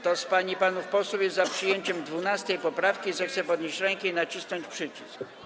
Kto z pań i panów posłów jest za przyjęciem 12. poprawki, zechce podnieść rękę i nacisnąć przycisk.